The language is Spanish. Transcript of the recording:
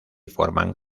forman